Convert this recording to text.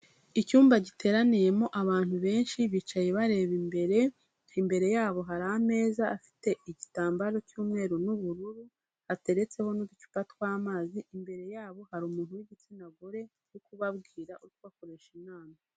Icyumba giteraniyemo abantu benshi bicaye bareba imbere, imbere yabo hari ameza afite igitambaro cy'umweru n'ubururu, hateretseho n'uducupa tw'amazi, imbere yabo hari umuntu w'igitsina gore uri kubabwira uri kubakoresha inama.